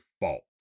fault